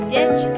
Ditch